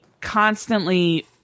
constantly